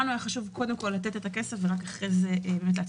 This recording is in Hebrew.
לנו היה חשוב קודם כול לתת את הכסף ורק אחרי זה לגבות.